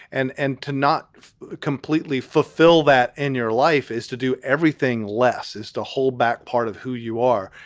and and to not completely fulfill that in your life is to do everything less is to hold back part of who you are,